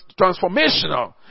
transformational